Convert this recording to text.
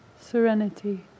Serenity